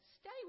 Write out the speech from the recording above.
Stay